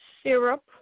syrup